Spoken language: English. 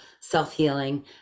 self-healing